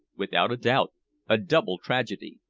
without a doubt a double tragedy.